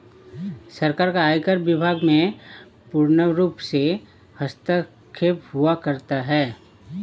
सरकार का आयकर विभाग में पूर्णरूप से हस्तक्षेप हुआ करता है